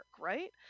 right